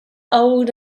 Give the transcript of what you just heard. old